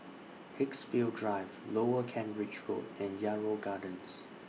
Haigsville Drive Lower Kent Ridge Road and Yarrow Gardens